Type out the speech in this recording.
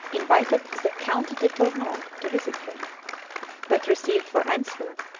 invited the count de tarnaud to visit him but received for answer,